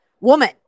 woman